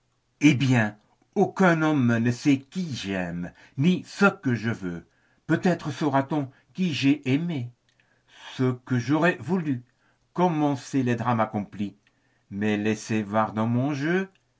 eh bien aucun homme ne sait qui j'aime ni ce que je veux peut-être saura-t-on qui j'ai aimé ce que j'aurai voulu comme on sait les drames accomplis mais laisser voir dans mon jeu